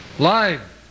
Live